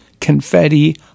confetti